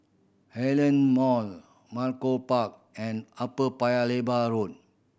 Heartland Mall Malcolm Park and Upper Paya Lebar Road